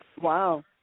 Wow